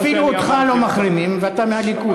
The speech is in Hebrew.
אפילו אותך לא מחרימים, ואתה מהליכוד.